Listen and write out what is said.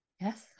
yes